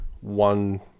one